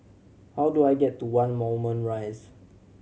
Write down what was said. how do I get to One Moulmein Rise